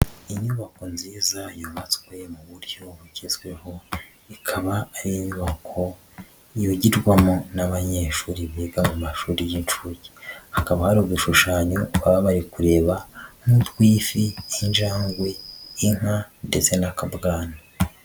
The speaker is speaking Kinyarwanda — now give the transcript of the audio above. Inyubako nziza yubatswe mu buryo bugezweho, ikaba ari inyubako yigirwamo n'abanyeshuri biga mu mashuri y'inshuke, hakaba hari udushushanya baba bari kureba, nk'utw'ifi, nk'injangwe, inka, ndetse n'akabwana.